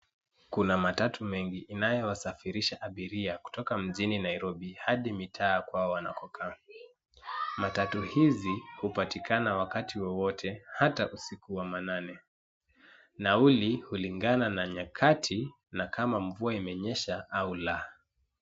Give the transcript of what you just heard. Kuna matatu mengi inayowasafirisha abiria kutoka mjini Nairobi hadi mitaa kwao wanakokaa. Matatu hizi hupatikana wakati wowote hata usiku wa man and. Nauli hulingana na nyakati na kama mvua inaonyesha au la.